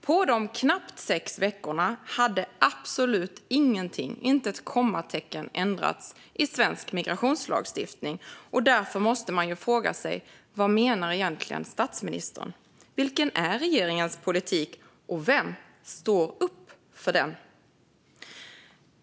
På de knappt sex veckorna hade absolut ingenting, inte ett kommatecken, ändrats i svensk migrationslagstiftning. Därför måste man fråga sig: Vad menar egentligen statsministern? Vilken är regeringens politik? Och vem står upp för den?